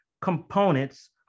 components